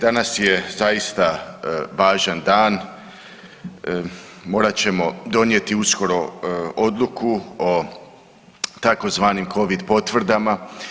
Danas je zaista važan dan morat ćemo donijeti uskoro odluku o tzv. covid potvrdama.